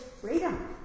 freedom